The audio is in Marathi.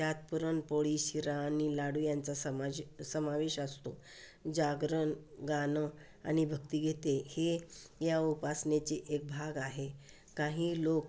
त्यात पुरणपोळी शिरा आणि लाडू यांचा समाज समावेश असतो जागरण गाणं आणि भक्तिगीते हे या उपासनेची एक भाग आहे काही लोक